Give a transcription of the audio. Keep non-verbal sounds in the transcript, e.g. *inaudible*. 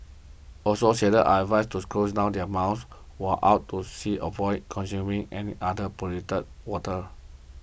also sailors are advised to close their mouths while out at sea *unintelligible* consuming any other polluted water